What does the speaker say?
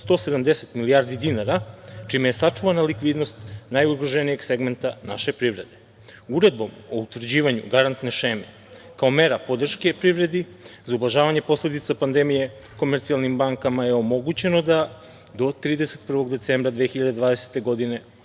170 milijardi dinara, čime je sačuvana likvidnost najugroženijeg segmenta naše privrede. Uredbom o utvrđivanju garantne šeme kao mera podrške privredi za ublažavanje posledica pandemije komercijalnim bankama je omogućeno da do 31. decembra 2020. godine